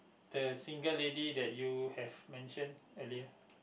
the single lady that you have mention earlier